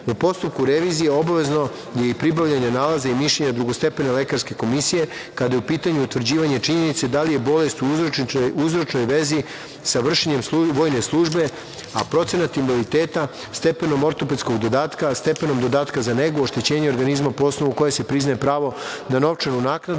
postupku revizije obavezno je i pribavljanje nalaza i mišljenja drugostepene lekarske komisije, kada je u pitanju utvrđivanje činjenice da li je bolest u uzročnoj vezi sa vršenjem vojne službe, a procenat invaliditeta stepenom ortopedskog dodatka, stepenom dodatka za negu, oštećenje organizma po osnovu koje se priznaje pravo na novčanu naknadu